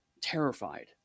terrified